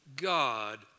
God